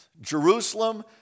Jerusalem